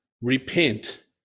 Repent